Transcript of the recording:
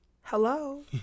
hello